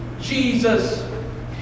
Jesus